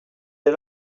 est